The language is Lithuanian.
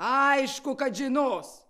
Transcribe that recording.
aišku kad žinos